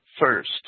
first